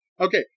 Okay